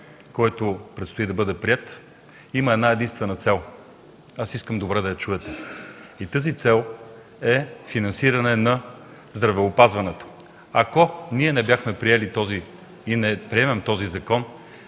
който предстои да бъде приет, има една единствена цел. Аз искам добре да я чуете. Тази цел е финансиране на здравеопазването. Ако не приемем този закон,